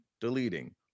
deleting